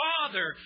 Father